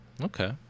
Okay